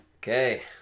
Okay